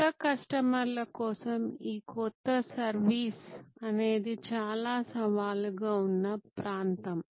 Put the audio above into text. కొత్త కస్టమర్ల కోసం ఈ క్రొత్త సర్వీస్ అనేది చాలా సవాలుగా ఉన్న ప్రాంతం